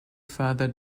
further